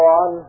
on